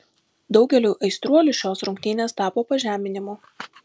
daugeliui aistruolių šios rungtynės tapo pažeminimu